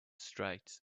straight